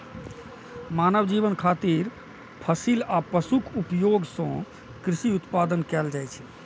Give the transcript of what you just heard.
मानव जीवन खातिर फसिल आ पशुक उपयोग सं कृषि उत्पादन कैल जाइ छै